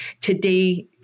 today